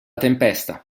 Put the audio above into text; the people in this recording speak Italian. tempesta